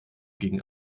gegen